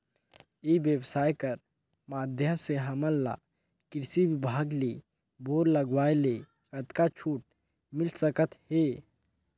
ई व्यवसाय कर माध्यम से हमन ला कृषि विभाग ले बोर लगवाए ले कतका छूट मिल सकत हे?